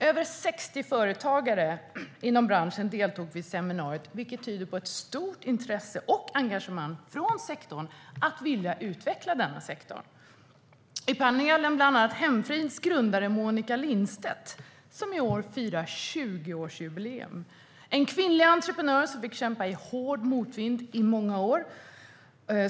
Över 60 företagare inom branschen deltog i seminariet, vilket tyder på stort intresse och engagemang från sektorns sida för att utveckla sagda sektor. I panelen satt bland annat Monica Lindstedt, grundare av Hemfrid som i år firar 20-årsjubileum. Hon är en kvinnlig entreprenör som fick kämpa i hård motvind i många år.